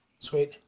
Sweet